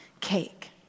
cake